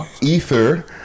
Ether